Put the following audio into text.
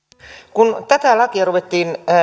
kun tätä lakia ruvettiin